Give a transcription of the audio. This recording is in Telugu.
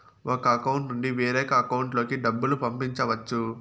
ఒక అకౌంట్ నుండి వేరొక అకౌంట్ లోకి డబ్బులు పంపించవచ్చు